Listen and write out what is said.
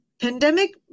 pandemic